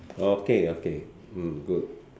okay okay mm good